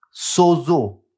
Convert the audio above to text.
sozo